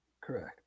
Correct